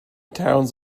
towns